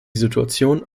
situation